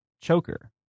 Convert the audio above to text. choker